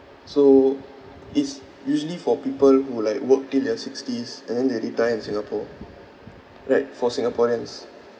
so it's usually for people who like work till their sixties and then they retire in singapore right for singaporeans